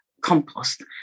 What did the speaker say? compost